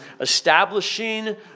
establishing